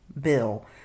bill